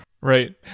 Right